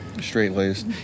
Straight-laced